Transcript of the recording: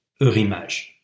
Eurimage